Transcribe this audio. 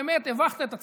והאמת שהבכת את עצמך,